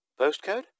Postcode